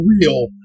real